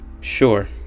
Sure